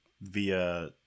via